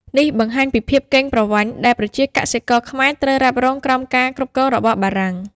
នេះបង្ហាញពីភាពកេងប្រវ័ញ្ចដែលប្រជាកសិករខ្មែរត្រូវរ៉ាប់រងក្រោមការគ្រប់គ្រងរបស់បារាំង។